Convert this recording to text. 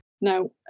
Now